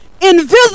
invisible